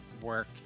work